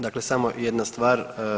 Dakle samo jedna stvar.